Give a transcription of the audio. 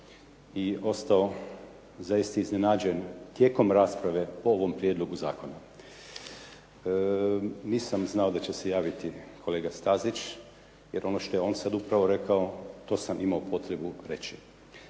i ostao zaista iznenađen tijekom rasprave o ovom prijedlogu zakona. Nisam znao da će se javiti kolega Stazić jer ono što je on sada upravo rekao to sam imao potrebu reći.